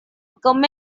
come